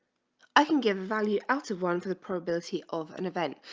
i can give value out of one for the probability of an event?